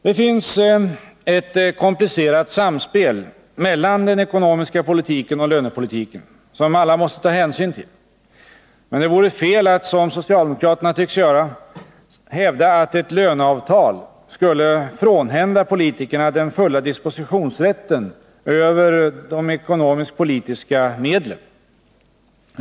Det finns ett komplicerat samspel mellan den ekonomiska politiken och lönepolitiken, som alla måste ta hänsyn till. Men det vore fel att, som socialdemokraterna tycks göra, hävda att ett löneavtal skulle frånhända politikerna den fulla dispositionsrätten över de ekonomisk-politiska medlen.